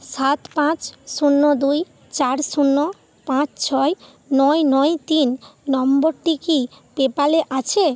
সাত পাঁচ শূন্য দুই চার শূন্য পাঁচ ছয় নয় নয় তিন নম্বরটি কি পেপ্যালে আছে